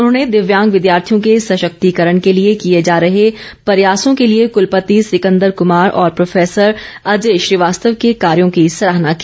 उन्होंने दिव्यांग विद्यार्थियों के सशक्तिकरण के लिए किए जा रहे प्रयासों के लिए कुलपति सिकंदर कुमार और प्रोफेसर अजय श्रीवास्तव के कार्यों की सराहना की